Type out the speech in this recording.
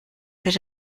wird